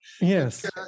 Yes